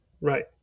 Right